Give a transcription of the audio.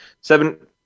seven